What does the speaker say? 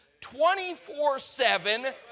24-7